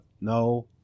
no